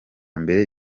mbere